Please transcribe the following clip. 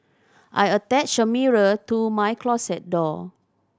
I attached a mirror to my closet door